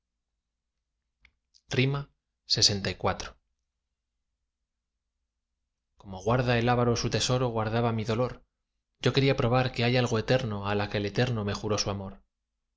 el alma encona lxiv como guarda el avaro su tesoro guardaba mi dolor yo quería probar que hay algo eterno a la que eterno me juró su amor